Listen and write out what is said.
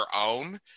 own